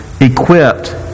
equipped